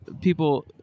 people